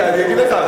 אני אגיד לך,